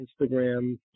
Instagram